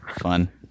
Fun